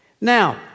Now